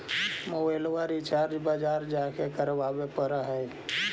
मोबाइलवा रिचार्ज बजार जा के करावे पर है?